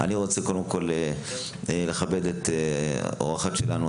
אני רוצה לכבד את האורחת שלנו,